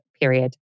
period